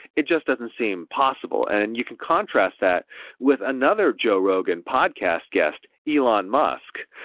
it just doesn't seem possible. and and you can contrast that with another joe rogan podcast guest elon musk,